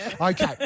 Okay